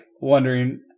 wondering